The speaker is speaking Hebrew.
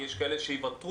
כי יש כאלה שיוותרו.